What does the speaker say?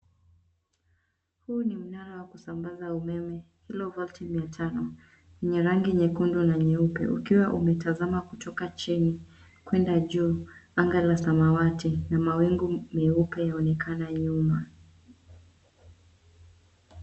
Huu ni mnara wa kusambaza umeme, kilovolti mia tano. Ni ya rangi nyekundu na nyeupe ukiwa umetazama kutoka chini kwenda juu anga la samawati, na mawingu meupe yaonekana nyuma.